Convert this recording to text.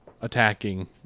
attacking